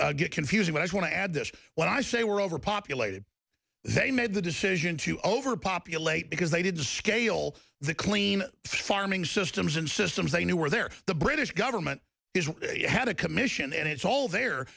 get confusing but i want to add this when i say we're overpopulated they made the decision to overpopulate because they did scale the clean farming systems and systems they knew were there the british government had a commission and it's all there